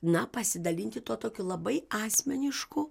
na pasidalinti tuo tokiu labai asmenišku